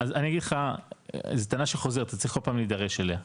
אז אני אגיד לך זו טענה שחוזרת שצריך כל פעם להידרש אליה,